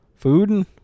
Food